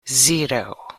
zero